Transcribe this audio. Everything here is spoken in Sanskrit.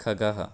खगः